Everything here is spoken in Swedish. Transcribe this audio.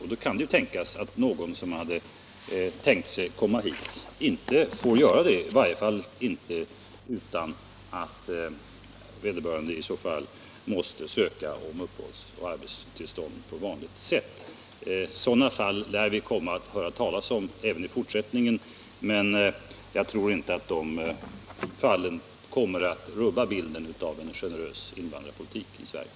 Därför kan det hända att någon som hade tänkt sig att komma hit inte får göra det, i varje fall inte utan att vederbörande måste ansöka om uppehållsoch arbetstillstånd på vanligt sätt. Sådana fall lär vi komma att höra talas om även i fortsättningen, men jag tror inte att de fallen kommer att rubba bilden av en generös invandringspolitik i Sverige.